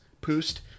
post